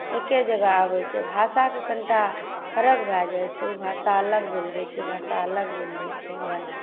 एके जगह आबैत छै भाषाके कनिटा फर्क भए जाइत छै ओ भाषा अलग बोलि दैत छै यए ओ भाषा अलग बोलि दैत छै यए